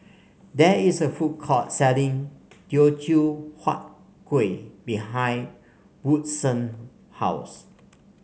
there is a food court selling Teochew Huat Kueh behind Woodson house